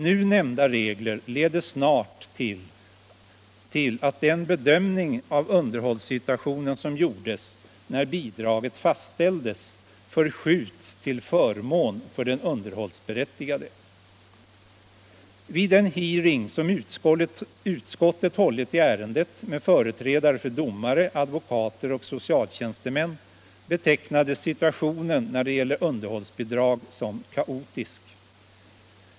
Nu nämnda regler leder snart till att den bedömning av underhållssituationen som gjordes när bidraget fastställdes förskjuts till förmån för den underhållsberättigade. Vid den hearing som utskottet hållit i ärendet med företrädare för domare, advokater och socialtjänstemän betecknades situationen när det gäller underhållsbidrag som kaotisk.